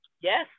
Yes